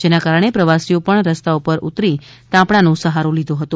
જેના કારણે પ્રવાસીઓ પણ રસ્તા પર ઉતરી તાપણા નો સહારો લીધો હતો